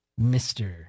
Mr